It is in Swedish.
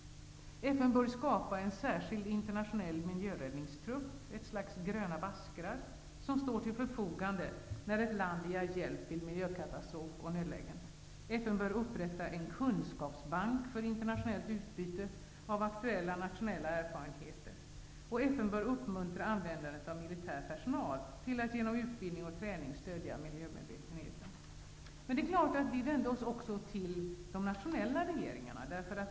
FN bör skapa en särskild internationell miljöräddningsgrupp, ett slags gröna baskrar, som står till förfogande för ett land som begär hjälp vid katastrof eller nödsituation. Vidare bör FN upprätta en kunskapsbank för internationellt utbyte av aktuella nationella erfarenheter. FN bör uppmuntra användandet av militär personal för att genom utbildning och träning stöda miljömedvetenheten. Naturligtvis vände vi oss också till de nationella regeringarna.